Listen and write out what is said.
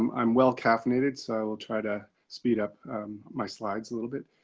i'm. well caffeinated. so i will try to speed up my slides a little bit